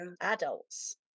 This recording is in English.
adults